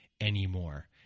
anymore